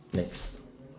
next